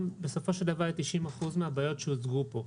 בסופו של דבר ל-90 אחוז מהבעיות שהוצגו פה.